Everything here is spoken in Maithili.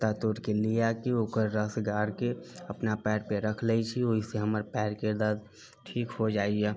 पत्ता तोड़ के ले आके ओकर रस गाड़के अपना पैर पर रख लै छी ओहिसे हमर पैर के दर्द ठीक हो जाइया